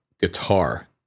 guitar